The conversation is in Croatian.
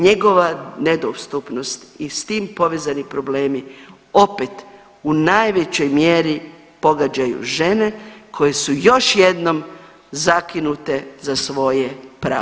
Njegova nedostupnost i s tim povezani problemi opet u najvećoj mjeri pogađaju žene koje su još jednom zakinute za svoje pravo.